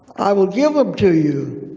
i will give them to you.